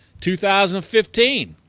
2015